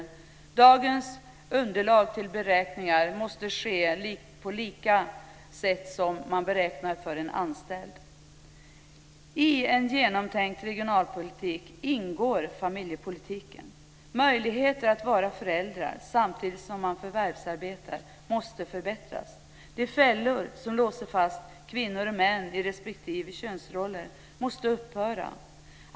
Dagens underlag till beräkningar måste vara desamma som för en anställd. I en genomtänkt regionalpolitik ingår familjepolitiken. Möjligheter att vara föräldrar samtidigt som man förvärvsarbetar måste förbättras. De fällor som låser fast kvinnor och män i respektive könsroller måste upphöra.